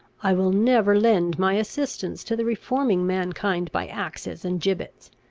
i will never lend my assistance to the reforming mankind by axes and gibbets.